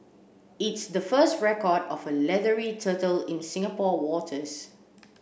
it's the first record of a leathery turtle in Singapore waters